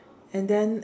and then